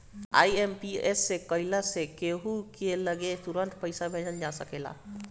IMPS से कइला से कहू की लगे तुरंते पईसा भेजल जा सकेला